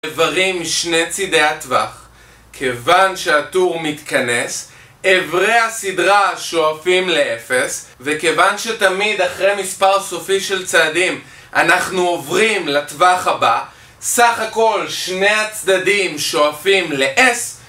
איברים משני צידי הטווח כיוון שהטור מתכנס אברי הסדרה שואפים לאפס וכיוון שתמיד אחרי מספר סופי של צעדים אנחנו עוברים לטווח הבא, סך הכל שני הצדדים שואפים לאס